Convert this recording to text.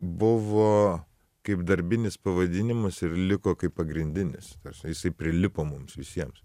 buvo kaip darbinis pavadinimas ir liko kaip pagrindinis ta prasme jisai prilipo mums visiems